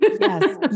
Yes